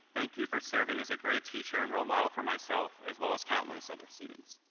thank you for serving as a great teacher and role model for myself as well as countless other students.